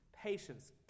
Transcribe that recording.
patience